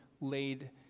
laid